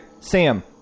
Sam